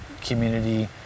community